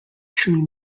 true